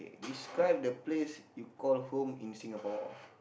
describe the place you call home in Singapore